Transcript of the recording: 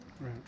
Right